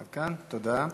תודה.